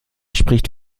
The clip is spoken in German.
spricht